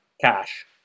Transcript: cash